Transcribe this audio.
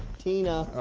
patina.